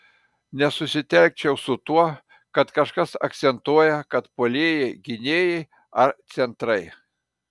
nesusitelkčiau su tuo kad kažkas akcentuoja kad puolėjai gynėjai ar centrai